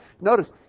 Notice